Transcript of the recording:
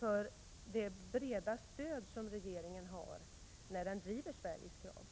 åt det breda stöd som regeringen har när den driver Sveriges krav.